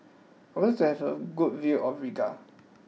I would like to have a good view of Riga